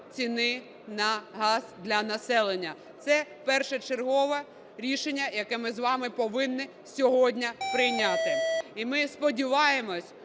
ціни на газ для населення. Це першочергове рішення, яке ми з вами повинні сьогодні прийняти. І ми сподіваємось,